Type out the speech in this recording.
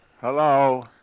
Hello